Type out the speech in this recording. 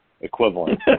equivalent